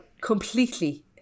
completely